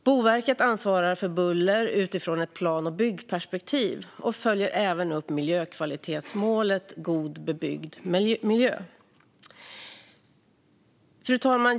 Boverket ansvarar för buller utifrån ett plan och byggperspektiv och följer även upp miljökvalitetsmålet God bebyggd miljö. Fru talman!